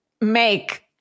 make